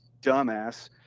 dumbass